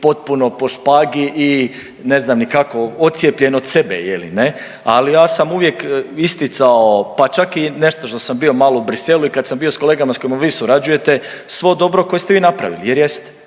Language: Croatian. potpuno po špagi i ne znam ni kako odcjepljen od sebe je li ne, ali ja sam uvijek isticao pa čak i nešto što sam bio malo u Bruxellesu i kad sam bio s kolegama s kojima vi surađuje, svo dobro koje ste vi napravili jer jeste.